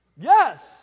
Yes